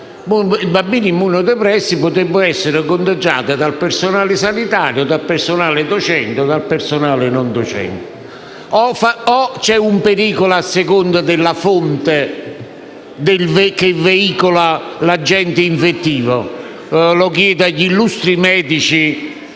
bambini immunodepressi che potrebbero essere contagiati dal personale sanitario, docente o non docente. Oppure forse c'è un pericolo a seconda della fonte che veicola l'agente infettivo? Lo chiedo agli illustri medici